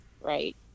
Right